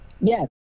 Yes